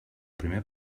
primer